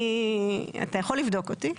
אתה יכול לבדוק אותי.